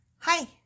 hi